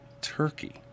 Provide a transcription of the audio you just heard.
Turkey